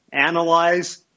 analyze